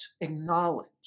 acknowledge